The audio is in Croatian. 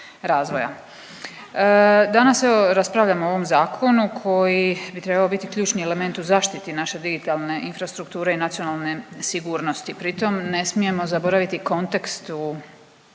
Danas evo raspravljamo o ovom zakonu koji bi trebao biti ključni element u zaštiti naše digitalne infrastrukture i nacionalne sigurnosti. Pritom ne smijemo zaboraviti kontekst u